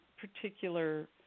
Particular